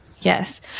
Yes